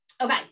Okay